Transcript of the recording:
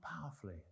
powerfully